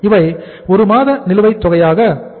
இவை 1 மாத நிலுவைத் தொகையாக வழங்கப்படுகின்றன